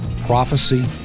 prophecy